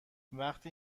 وقتی